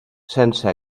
sense